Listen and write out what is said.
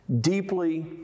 deeply